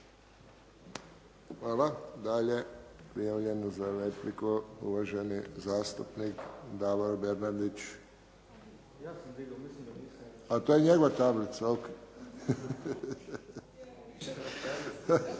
Hvala. Dalje, prijavljeni za repliku uvaženi zastupnik Davor Bernardić. …/Upadica se ne razumije./… A to je njegova tablica. Ok. **Bauk,